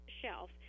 shelf